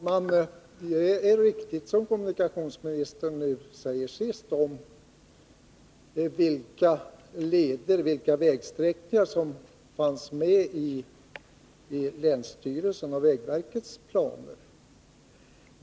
Herr talman! Det som kommunikationsministern nu sade om vilka vägsträckor som fanns med i länsstyrelsens och vägverkets planer är riktigt.